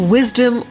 Wisdom